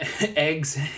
eggs